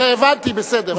הבנתי, בסדר.